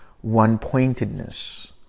one-pointedness